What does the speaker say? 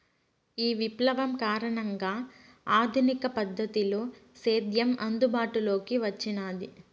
ఈ విప్లవం కారణంగా ఆధునిక పద్ధతిలో సేద్యం అందుబాటులోకి వచ్చినాది